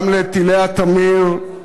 גם לטילי ה"טמיר"